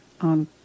on